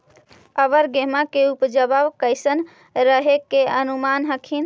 अबर गेहुमा के उपजबा कैसन रहे के अनुमान हखिन?